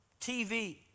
TV